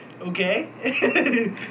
Okay